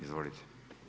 Izvolite.